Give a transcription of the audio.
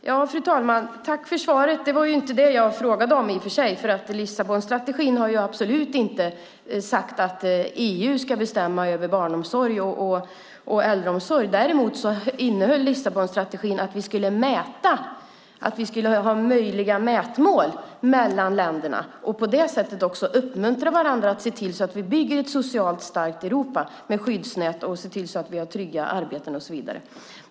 Fru talman! Tack för svaret, även om det inte var det jag frågade om. Lissabonstrategin har ju absolut inte sagt att EU ska bestämma över barnomsorg och äldreomsorg. Däremot innehöll Lissabonstrategin att länderna skulle mäta och ha möjliga mätmål och på det sättet också uppmuntra varandra att se till att vi bygger ett socialt starkt Europa med skyddsnät, trygga arbeten och så vidare.